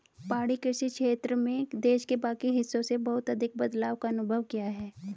पहाड़ी कृषि क्षेत्र में देश के बाकी हिस्सों से बहुत अधिक बदलाव का अनुभव किया है